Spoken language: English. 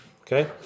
Okay